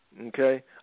Okay